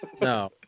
No